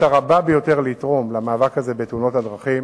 הרבה ביותר לתרום למאבק הזה בתאונות הדרכים,